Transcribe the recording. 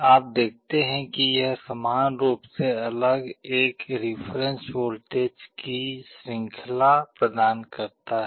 आप देखते हैं कि यह समान रूप से अलग एक रिफरेन्स वोल्टेज की एक श्रृंखला प्रदान करता है